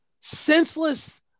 senseless